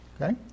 Okay